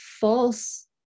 false